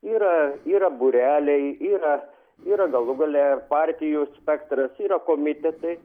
yra yra būreliai yra yra galų gale partijų spektras yra komitetai